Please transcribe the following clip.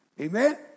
Amen